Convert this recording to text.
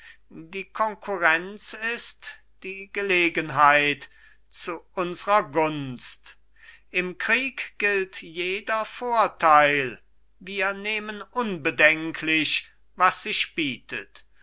die konkurrenz ist die gelegenheit zu unsrer gunst im krieg gilt jeder vorteil wir nehmen unbedenklich was sich bietet